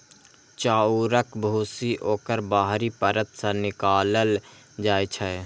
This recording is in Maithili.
चाउरक भूसी ओकर बाहरी परत सं निकालल जाइ छै